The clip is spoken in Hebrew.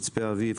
מצפה אביב,